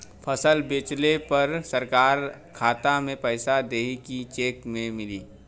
फसल बेंचले पर सरकार खाता में पैसा देही की चेक मिली?